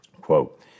Quote